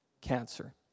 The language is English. cancer